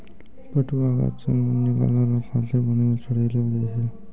पटुआ गाछ से सन निकालै रो खातिर पानी मे छड़ैलो जाय छै